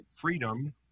freedom